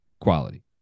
quality